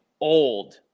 old